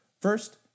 First